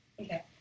Okay